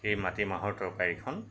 সেই মাটিমাহৰ তৰকাৰীখন